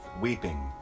weeping